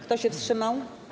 Kto się wstrzymał?